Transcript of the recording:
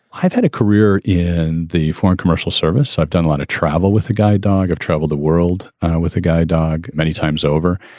i've had a career in the foreign commercial service. i've done a lot of travel with a guide dog. i've travelled the world with a guide dog many times over.